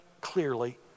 clearly